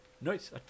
Nice